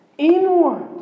inward